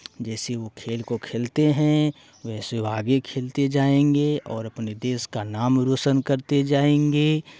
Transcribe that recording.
जैसे वो खेल को खेलते हैं वैसे वो आगे खेलते जाएंगे और अपने देश का नाम रौशन करते जाएंगे